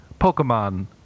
pokemon